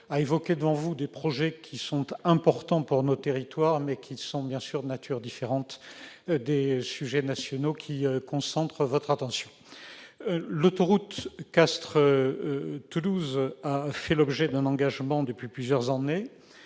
à aborder des questions, certes importantes pour nos territoires, mais de nature très différente des sujets nationaux qui concentrent votre attention. L'autoroute Castres-Toulouse a fait l'objet d'un engagement depuis plusieurs années.